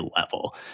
level